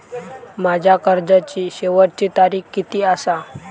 माझ्या कर्जाची शेवटची तारीख किती आसा?